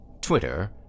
Twitter